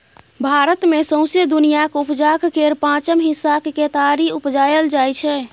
भारत मे सौंसे दुनियाँक उपजाक केर पाँचम हिस्साक केतारी उपजाएल जाइ छै